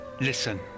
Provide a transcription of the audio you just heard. Listen